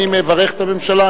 אני מברך את הממשלה.